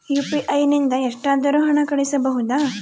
UPI ನಿಂದ ಎಷ್ಟಾದರೂ ಹಣ ಕಳಿಸಬಹುದಾ?